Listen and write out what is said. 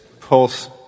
Pulse